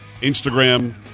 Instagram